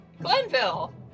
Glenville